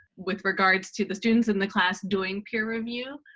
with regards to the students in the class doing peer review.